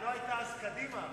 לא היתה אז קדימה,